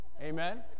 Amen